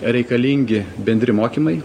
reikalingi bendri mokymai